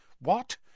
What